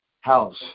house